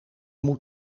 moet